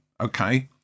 okay